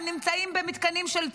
הם נמצאים במתקנים של צה"ל.